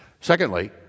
Secondly